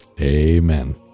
Amen